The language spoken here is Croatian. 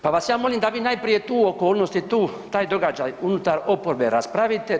Pa vas ja molim da vi najprije tu okolnost i taj događaj unutar oporbe raspravite.